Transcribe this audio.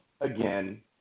again